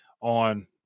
on